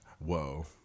Whoa